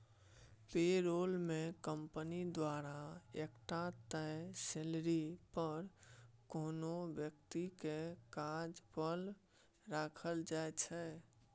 पे role मे company द्वारा एकटा तय सेलरी पर कोनो बेकती केँ काज पर राखल जाइ छै